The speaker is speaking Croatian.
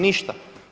Ništa.